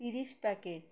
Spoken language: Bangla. তিরিশ প্যাকেট